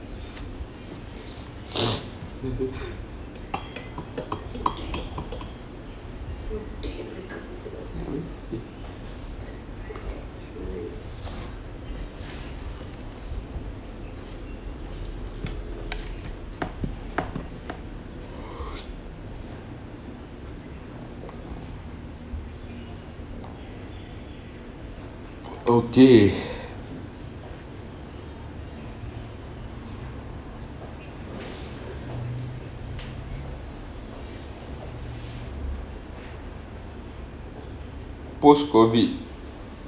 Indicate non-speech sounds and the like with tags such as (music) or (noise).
(noise) okay post COVID